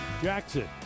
Jackson